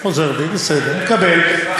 אני חוזר בי, בסדר, מקבל.